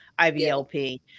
IVLP